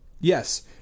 Yes